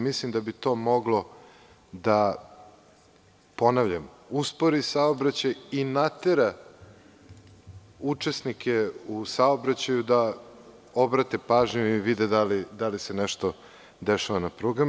Mislim da bi to moglo da, ponavljam, uspori saobraćaj i natera učesnike u saobraćaju da obrate pažnju i vide da li se nešto dešava na prugama.